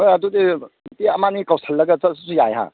ꯍꯣꯏ ꯑꯗꯨꯗꯤ ꯅꯨꯄꯤ ꯑꯃꯅꯤ ꯀꯧꯁꯜꯂꯒ ꯆꯠꯂꯁꯨ ꯌꯥꯏ ꯍꯥ